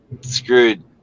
screwed